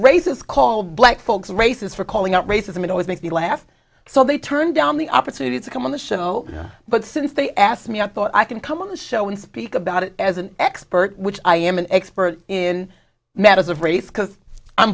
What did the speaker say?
race is called black folks races for calling out racism it always makes me laugh so they turn down the opportunity to come on the show but since they asked me i thought i can come on the show and speak about it as an expert which i am an expert in matters of race because i'm